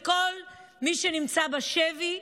את כל מי שנמצא בשבי,